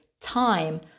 time